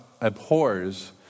abhors